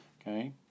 Okay